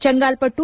Chengalpattu